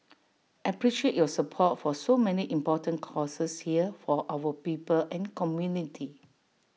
appreciate your support for so many important causes here for our people and community